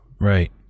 Right